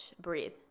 breathe